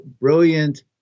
brilliant